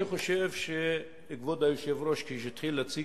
אני חושב שכשכבוד היושב-ראש התחיל להציג